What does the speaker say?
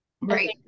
Right